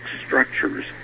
structures